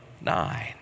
nine